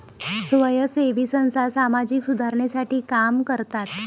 स्वयंसेवी संस्था सामाजिक सुधारणेसाठी काम करतात